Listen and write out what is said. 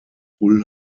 hull